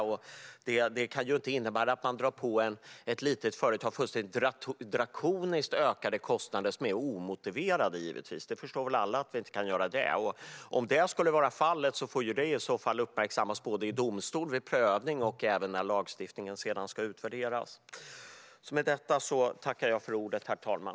Givetvis kan inte ett litet företag åläggas fullständigt drakoniskt ökade kostnader som är omotiverade. Alla förstår väl att vi inte kan göra så. Om det ändå skulle bli fallet får det i så fall uppmärksammas vid prövning i domstol samt vid utvärderingen av lagstiftningen.